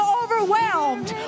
overwhelmed